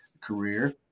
career